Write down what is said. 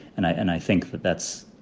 and i and i think that that's.